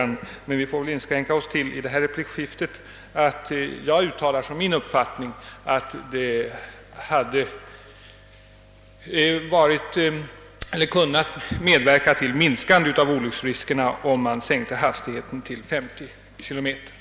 Nu får vi väl i detta replikskifte inskränka oss till att jag uttalar som min uppfattning att en sänkning av hastighetsgränsen till 50 km hade kunnat medverka till en minskning av olycksrisken.